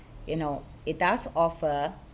you know it does offer